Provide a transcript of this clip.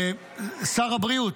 שר הבריאות,